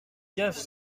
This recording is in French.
gaffe